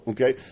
Okay